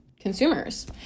consumers